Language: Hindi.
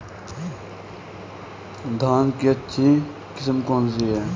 धान की अच्छी किस्म कौन सी है?